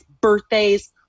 birthdays